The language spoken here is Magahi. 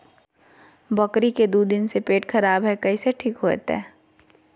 बकरी के दू दिन से पेट खराब है, कैसे ठीक होतैय?